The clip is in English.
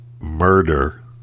murder